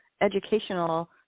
educational